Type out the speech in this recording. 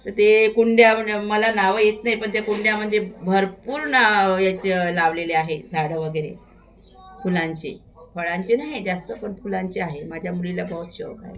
त ते कुंड्याम मला नावं येत नाही पण त्या कुंड्यामध्ये भरपूर नाव याचं लावलेले आहे झाडं वगैरे फुलांचे फळांचे नाही आहे जास्त पण फुलांचे आहे माझ्या मुलीला बहोत शौक आहे